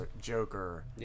Joker